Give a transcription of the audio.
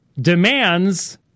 demands